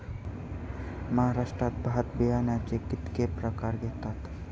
महाराष्ट्रात भात बियाण्याचे कीतके प्रकार घेतत?